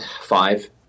five